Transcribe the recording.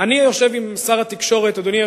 אוה, שר התקשורת נכנס בדיוק בזמן.